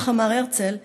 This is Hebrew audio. כך אמר הרצל,